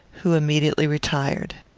who immediately retired.